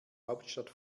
hauptstadt